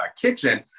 kitchen